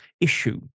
issue